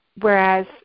whereas